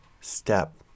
Step